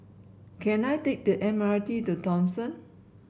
can I take the M R T to Thomson